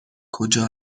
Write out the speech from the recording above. کجا